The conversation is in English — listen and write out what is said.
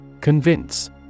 Convince